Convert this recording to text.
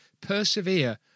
Persevere